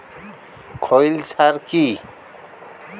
খৈল সার কি?